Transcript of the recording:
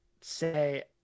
say